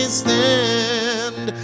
stand